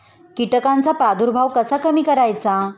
कीटकांचा प्रादुर्भाव कसा कमी करायचा?